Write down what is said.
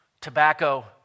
tobacco